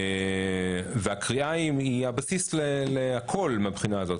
הקריאה היא הבסיס לכול מהבחינה הזאת,